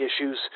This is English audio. issues